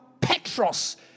petros